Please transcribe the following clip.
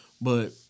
But-